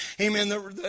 Amen